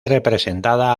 representada